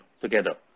together